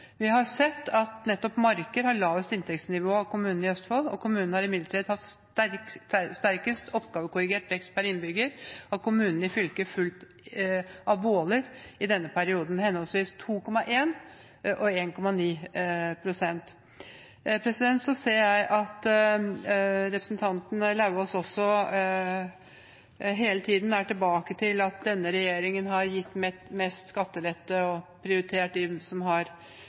Vi har sett at nettopp Marker har lavest inntektsnivå av kommunene i Østfold. Kommunen har imidlertid hatt sterkest oppgavekorrigert vekst per innbygger av kommunene i fylket, fulgt av Våler, i denne perioden, henholdsvis 2,1 pst. og 1,9 pst. Så hører jeg at representanten Lauvås hele tiden kommer tilbake til at denne regjeringen har gitt mest skattelette og prioritert de rikeste. Det kan jo være greit også for representanten Lauvås å sjekke ut: Hvor mye har